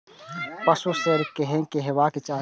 पशु शेड केहन हेबाक चाही?